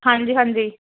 ਹਾਂਜੀ ਹਾਂਜੀ